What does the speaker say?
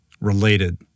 related